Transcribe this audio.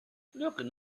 looking